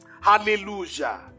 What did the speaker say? Hallelujah